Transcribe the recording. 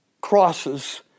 crosses